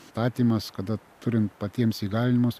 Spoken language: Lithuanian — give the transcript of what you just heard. statymas kada turint patiems įgalinimus